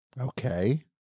Okay